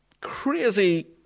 crazy